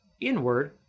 inward